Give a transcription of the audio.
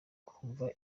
kumva